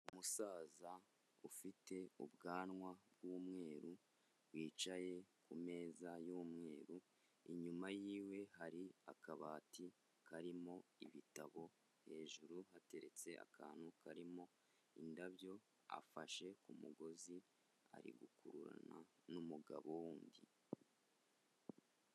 Umusaza ufite ubwanwa b'umweru, wicaye ku meza y'umweru, inyuma y'iwe hari akabati karimo ibitabo, hejuru hateretse akantu karimo indabyo, afashe ku mugozi, ari gukururana n'umugabo w'undi.